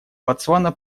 ботсвана